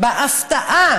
ההפתעה